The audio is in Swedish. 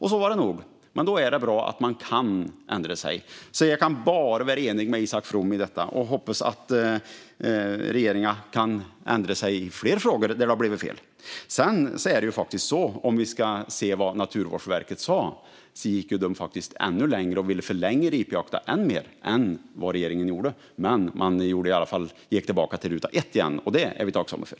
Så låg det nog till. Därför är det bra om man kan ändra sig. Jag kan vara helt enig med Isak From om detta, och jag hoppas att regeringen kan ändra sig i fler frågor där det har blivit fel. Man kan se på vad Naturvårdsverket sa. De gick faktiskt längre än vad regeringen gjorde och ville förlänga ripjakten ännu mer. Man återgick dock till ruta ett igen, och det är vi tacksamma för.